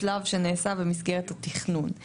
אנחנו עוד בשלב שנעשה במסגרת התכנון.